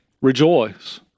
rejoice